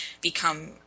become